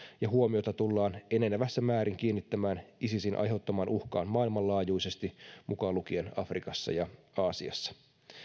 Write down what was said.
ja huomiota tullaan enenevässä määrin kiinnittämään isisin aiheuttamaan uhkaan maailmanlaajuisesti mukaan lukien afrikassa ja aasiassa